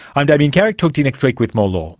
i'm damien carrick, talk to you next week with more law